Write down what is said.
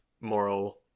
moral